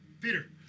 Peter